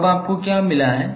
तो अब आपको क्या मिला है